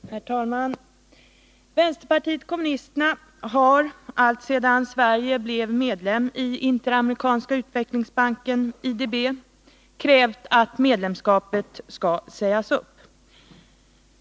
Herr talman! Vänsterpartiet kommunisterna har alltsedan Sverige blev medlem i Interamerikanska utvecklingsbanken, IDB, krävt att medlemskapet skall sägas upp.